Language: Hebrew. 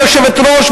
גברתי היושבת-ראש,